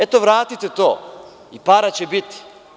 Eto, vratite to, i para će biti.